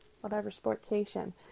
whatever-sport-cation